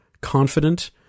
confident